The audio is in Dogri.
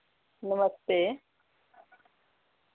नमस्ते